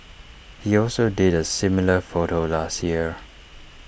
he also did A similar photo last year